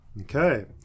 Okay